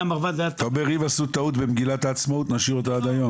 אתה אומר אם עשו טעות במגילת העצמאות נשאיר אותה עד היום?